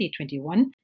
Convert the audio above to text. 2021